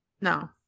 No